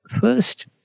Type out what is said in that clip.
First